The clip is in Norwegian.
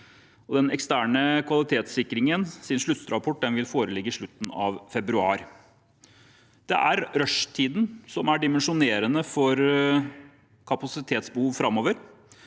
den eksterne kvalitetssikringens sluttrapport vil foreligge i slutten av februar. Det er rushtiden som er dimensjonerende for kapasitetsbehov framover.